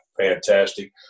fantastic